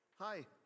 Hi